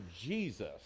Jesus